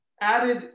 added